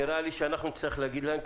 נראה לי שאנחנו נצטרך להגיד להם,